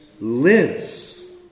lives